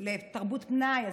לתרבות פנאי.